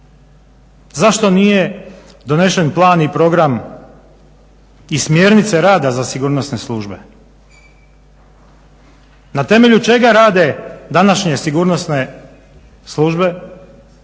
zašto nije donesen plan i program i smjernice rada za sigurnosne službe. Na temelju čega rade današnje sigurnosne službe